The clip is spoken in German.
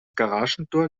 garagentor